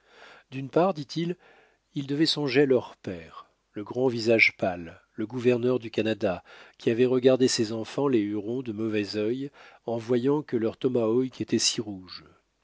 d'une part dit-il ils devaient songer à leur père le grand visage pâle le gouverneur du canada qui avait regardé ses enfants les hurons de mauvais œil en voyant que leurs tomahawks étaient si rouges